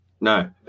No